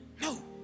No